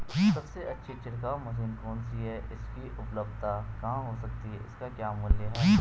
सबसे अच्छी छिड़काव मशीन कौन सी है इसकी उपलधता कहाँ हो सकती है इसके क्या मूल्य हैं?